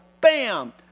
bam